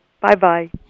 Bye-bye